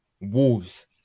Wolves